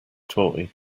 toy